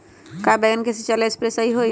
का बैगन के सिचाई ला सप्रे सही होई?